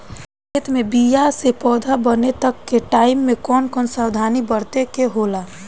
खेत मे बीया से पौधा बने तक के टाइम मे कौन कौन सावधानी बरते के होला?